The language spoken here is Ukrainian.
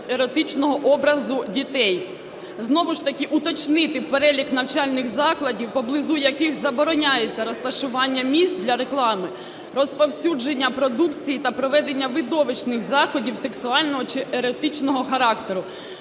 чи еротичного образу дітей. Знову ж таки, уточнити перелік навчальних закладів, поблизу яких забороняється розташування місць для реклами, розповсюдження продукції та проведення видовищних заходів сексуального чи еротичного характеру.